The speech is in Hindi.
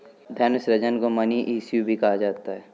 धन सृजन को मनी इश्यू भी कहा जाता है